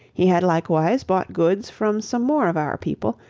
he had likewise bought goods from some more of our people,